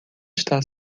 está